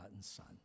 Son